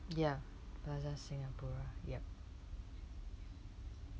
ya plaza singapura yup